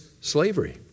slavery